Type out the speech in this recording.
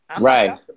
Right